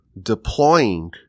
deploying